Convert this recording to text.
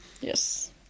yes